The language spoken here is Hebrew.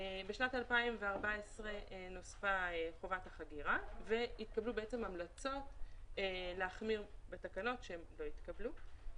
בשנת 2014 נוספה חובת החגירה והתקבלו המלצות להחמיר בתקנות שלא התקבלו.